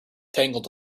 tangled